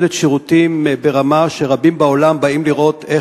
היא נותנת שירותים ברמה שרבים בעולם באים לראות זאת,